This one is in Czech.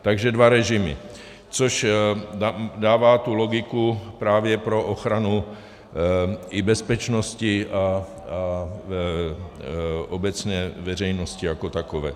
Takže dva režimy, což dává tu logiku právě pro ochranu i bezpečnosti a obecně veřejnosti jako takové.